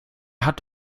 hat